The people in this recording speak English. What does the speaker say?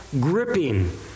gripping